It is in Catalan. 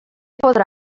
podrà